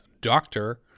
doctor